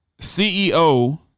CEO